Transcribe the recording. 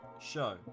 Show